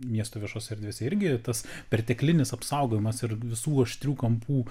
miesto viešose erdvėse irgi tas perteklinis apsaugojimas ir visų aštrių kampų